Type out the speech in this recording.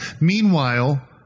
Meanwhile